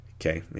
Okay